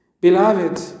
Beloved